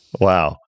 Wow